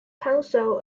council